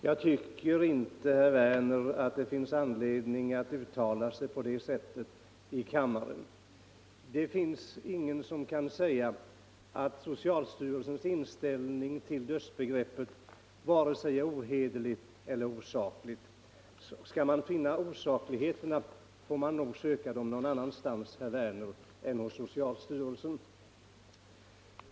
Jag tycker inte, herr Werner, att det finns anledning att uttala sig på det sättet i kammaren! Ingen kan säga att socialstyrelsens inställning till dödsbegreppet är vare sig ohederlig eller osaklig. Skall man finna osakligheter, får man nog söka dem någon annanstans, herr Werner, än hos socialstyrelsen.